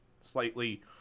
slightly